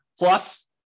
Plus